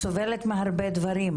סובלת מהרבה דברים,